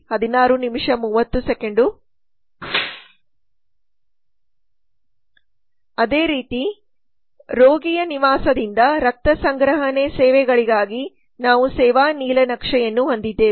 ಅದೇ ರೀತಿ ರೋಗಿಯ ನಿವಾಸದಿಂದ ರಕ್ತ ಸಂಗ್ರಹಣೆ ಸೇವೆಗಳಿಗಾಗಿ ನಾವು ಸೇವಾ ನೀಲನಕ್ಷೆಯನ್ನು ಹೊಂದಿದ್ದೇವೆ